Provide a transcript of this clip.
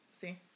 see